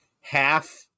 half